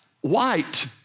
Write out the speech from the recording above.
white